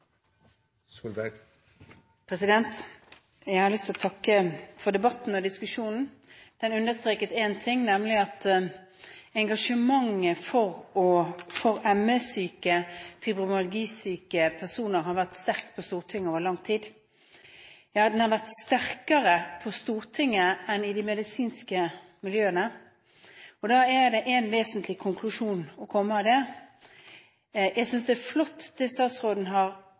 av. Jeg har lyst til å takke for debatten og diskusjonen. Den understreket én ting, nemlig at engasjementet for ME-syke og fibromyalgi-syke personer har vært sterk på Stortinget over lang tid. Den har vært sterkere på Stortinget enn i de medisinske miljøene. Det er en vesentlig konklusjon som kommer av det. Jeg synes det er flott det statsråden har